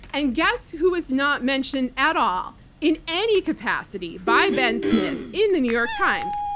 and guess who was not mentioned at all in any capacity by ben smith, in the new york times?